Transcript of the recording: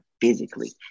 physically